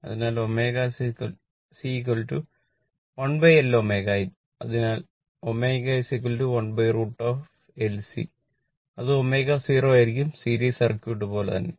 അതിനാൽ ω C1L ω അതിനാൽ ω1√ L C അത് ω0 ആയിരിക്കും സീരീസ് സർക്യൂട്ട് പോലെ തന്നെ